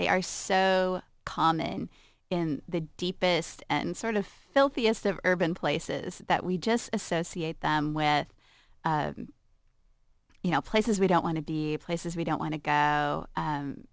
they are so common in the deepest and sort of filthiest of urban places that we just associate them with you know places we don't want to be places we don't want to go